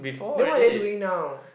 then what are they doing now